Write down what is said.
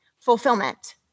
fulfillment